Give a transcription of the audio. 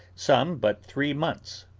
some but three months,